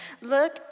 Look